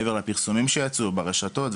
מעבר לפרסומים שיצאו ברשתות,